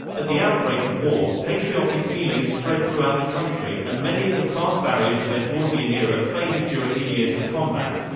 at the outbreak of war, patriotic feelings spread throughout the country, and many of the class barriers of edwardian era faded during the years of combat.